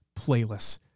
playlists